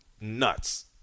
Nuts